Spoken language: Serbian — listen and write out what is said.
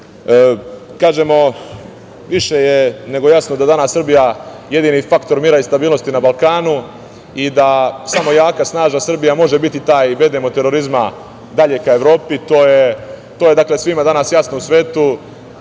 – više je nego jasno da je danas Srbija jedini faktor mira i stabilnosti na Balkanu i da samo jaka i snažna Srbija može biti taj bedem od terorizma dalje ka Evropi. To je, dakle, svima danas jasno u svetu.